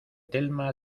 telma